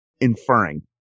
inferring